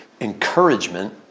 encouragement